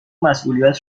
مسئولیت